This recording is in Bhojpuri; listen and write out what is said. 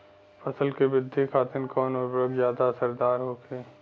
फसल के वृद्धि खातिन कवन उर्वरक ज्यादा असरदार होखि?